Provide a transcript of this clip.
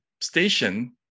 station